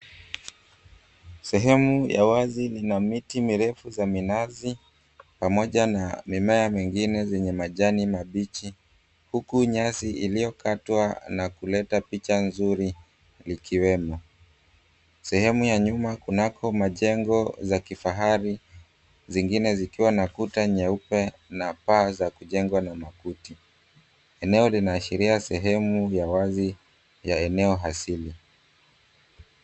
Sehemu ya wazi lina miti mirefu za minazi pamoja na mimea mingine zenye majani mabichi huku nyasi iliyokatwa na kuleta picha likiwemo. Sehemu ya nyuma kunako majengo za kifahari; zingine zikiwa na kuta nyeupe na paa za kujengwa na makuti. Eneo linaashiria sehemu ya wazi ya eneo hasili.